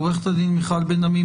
עו"ד מיכל בן עמי,